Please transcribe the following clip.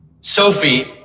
Sophie